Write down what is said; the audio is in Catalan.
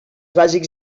bàsics